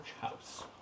house